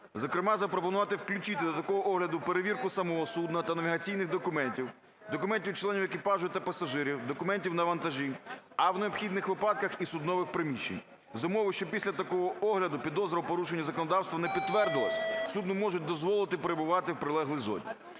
Зокрема, запропонувати включити до такого огляду перевірку самого судна та навігаційних документів, документів членів екіпажу та пасажирів, документів на вантажі, а в необхідних випадках – і суднових приміщень. За умови, що після такого огляду підозра у порушенні законодавства не підтвердилася, судну можуть дозволити перебувати в прилеглій зоні.